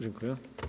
Dziękuję.